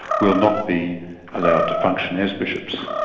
will not be allowed to function as bishops.